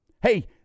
Hey